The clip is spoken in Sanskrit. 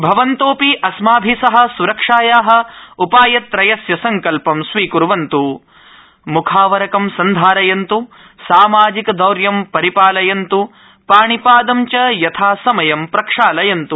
भवन्तोऽपि अस्माभि सह सुरक्षाया उपायत्रयस्य संकल्पं स्वीकुर्वन्तु मुखावरंक सन्धारयन्तु सामाजिकदौर्यं परिपालयन्तु पाणिपादं च यथासमयं प्रक्षालयन्तु